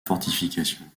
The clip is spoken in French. fortification